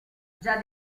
già